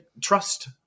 trust